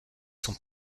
sont